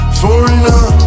foreigner